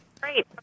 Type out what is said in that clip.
great